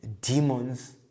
demons